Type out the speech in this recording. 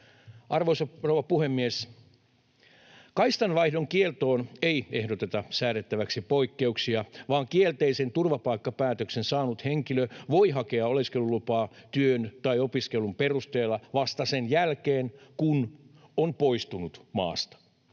rouva puhemies! Kaistanvaihdon kieltoon ei ehdoteta säädettäväksi poikkeuksia, vaan kielteisen turvapaikkapäätöksen saanut henkilö voi hakea oleskelulupaa työn tai opiskelun perusteella vasta sen jälkeen, kun on poistunut maasta.